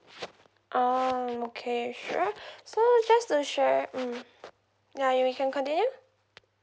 um okay sure so just to share mm ya you can continue